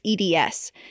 EDS